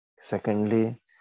Secondly